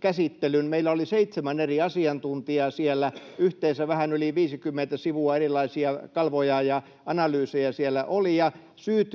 käsittelyn. Meillä oli seitsemän eri asiantuntijaa siellä, yhteensä vähän yli 50 sivua erilaisia kalvoja ja analyysejä siellä oli, ja syyt